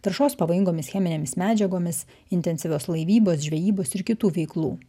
taršos pavojingomis cheminėmis medžiagomis intensyvios laivybos žvejybos ir kitų veiklų